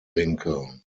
lincoln